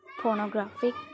Pornographic